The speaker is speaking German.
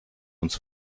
uns